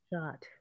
Shot